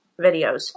videos